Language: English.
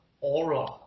aura